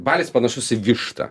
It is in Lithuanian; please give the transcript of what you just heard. balis panašus į vištą